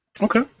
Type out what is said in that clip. Okay